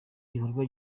gikorwa